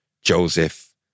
Joseph